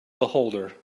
beholder